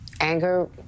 anger